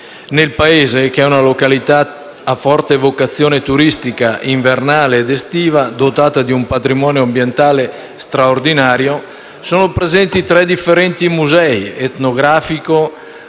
Nel paese, che è una località a forte vocazione turistica invernale ed estiva, dotata di un patrimonio ambientale straordinario, sono presenti tre differenti musei (etnografico,